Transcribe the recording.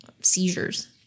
seizures